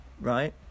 Right